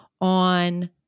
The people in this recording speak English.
on